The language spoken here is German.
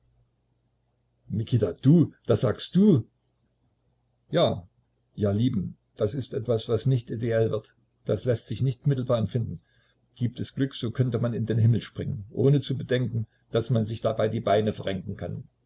mikita du das sagst du ja ja lieben das ist etwas was nicht ideell wird das läßt sich nicht mittelbar empfinden gibt es glück so könnte man in den himmel springen ohne zu bedenken daß man sich dabei die beine verrenken kann